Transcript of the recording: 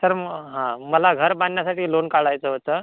sir म हा मला घर बांधण्यासाठी लोन काढायचं होतं